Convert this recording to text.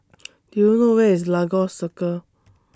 Do YOU know Where IS Lagos Circle